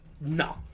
No